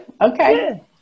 Okay